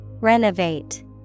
Renovate